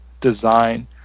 design